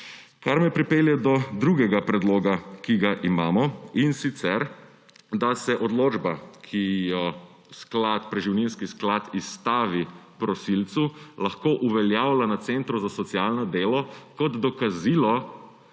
Kar me pripelje do drugega predloga, ki ga imamo, in sicer da se odločba, ki jo preživninski sklad izstavi prosilcu, lahko uveljavlja na centru za socialno delo kot dokazilo,